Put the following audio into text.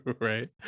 Right